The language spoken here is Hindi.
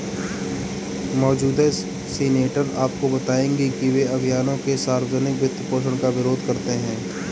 मौजूदा सीनेटर आपको बताएंगे कि वे अभियानों के सार्वजनिक वित्तपोषण का विरोध करते हैं